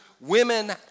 Women